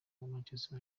manchester